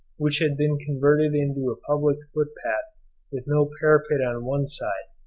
which had been converted into a public foot-path with no parapet on one side,